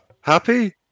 happy